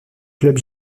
club